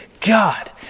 God